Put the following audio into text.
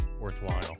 worthwhile